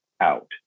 out